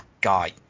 guy